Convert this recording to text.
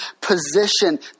position